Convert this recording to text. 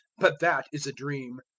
but that is a dream.